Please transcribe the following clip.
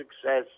success